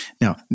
Now